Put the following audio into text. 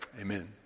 Amen